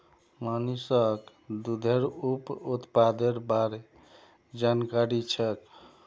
मोहनीशक दूधेर उप उत्पादेर बार जानकारी छेक